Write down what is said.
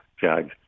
Judge